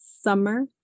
summer